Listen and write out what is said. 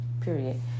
period